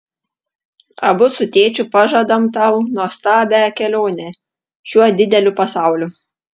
abu su tėčiu pažadam tau nuostabią kelionę šiuo dideliu pasauliu